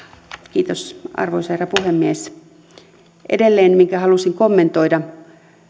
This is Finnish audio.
kiitos arvoisa herra puhemies edelleen minkä halusin kommentoida